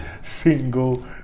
single